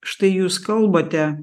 štai jūs kalbate